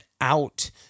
out